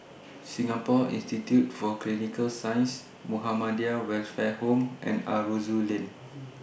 Singapore Institute For Clinical Sciences Muhammadiyah Welfare Home and Aroozoo Lane